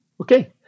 Okay